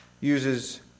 uses